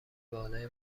بالای